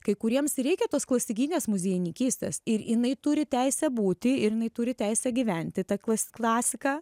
kai kuriems reikia tos klasikinės muziejininkystės ir jinai turi teisę būti ir jinai turi teisę gyventi ta klas klasika